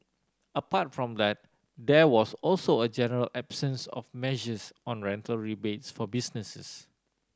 apart from that there was also a general absence of measures on rental rebates for businesses